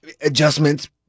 adjustments